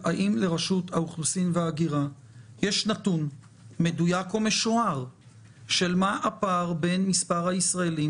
האם לרשות האוכלוסין וההגירה יש נתון לגבי הפער בין מספר הישראלים